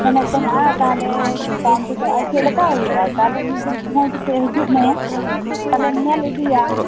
ᱢᱮᱱᱮᱫ ᱛᱟᱦᱮᱱᱟ ᱛᱟᱦᱚᱞᱮ ᱯᱷᱳᱱ ᱛᱮᱫᱚ ᱟᱨ ᱪᱮᱫ ᱞᱮᱠᱟ ᱦᱩᱭᱩᱜᱼᱟ ᱛᱟᱦᱚᱞᱮ ᱢᱤᱫ ᱫᱤᱱ ᱥᱳᱢᱚᱭ ᱠᱟᱛᱮᱫ ᱦᱤᱡᱩᱜ ᱢᱮ ᱛᱟᱦᱚᱞᱮᱢ ᱧᱮᱞ ᱤᱫᱤᱭᱟ